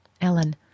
Ellen